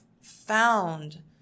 found